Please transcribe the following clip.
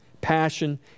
passion